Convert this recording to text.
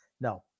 No